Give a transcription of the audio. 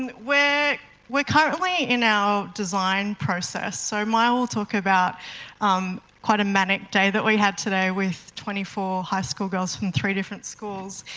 and we're we're currently in our design process, so maya will talk about quite a manic day that we had today with twenty four high school girls from three different schools.